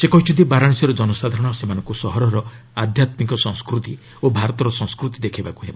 ସେ କହିଛନ୍ତି ବାରାଣାସୀର ଜନସାଧାରଣ ସେମାନଙ୍କୁ ସହରର ଆଧ୍ୟାତ୍କିକ ସଂସ୍କୃତି ଓ ଭାରତର ସଂସ୍କୃତି ଦେଖାଇବାକୁ ହେବ